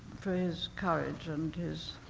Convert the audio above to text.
his courage and his.